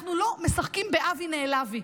אנחנו לא משחקים ב"אבי נעלבי".